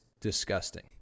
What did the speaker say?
disgusting